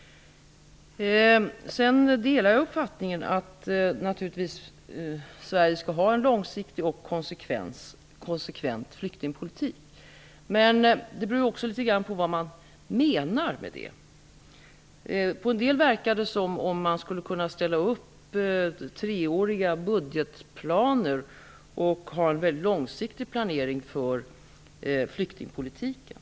Jag delar naturligtvis uppfattningen att Sverige skall ha en långsiktig och konsekvent flyktingpolitik. Men det beror också litet grand på vad man menar med detta. På en del verkar det som att man skulle kunna ställa upp treåriga budgetplaner och göra en väldigt långsiktig planering för flyktingpolitiken.